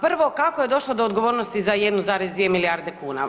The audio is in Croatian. Prvo, kako je došlo do odgovornosti za 1,2 milijarde kuna?